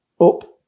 up